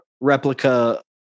replica